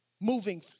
moving